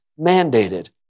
mandated